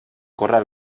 córrer